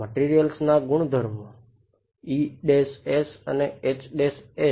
materials e's અને h's